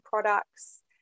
products